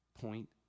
point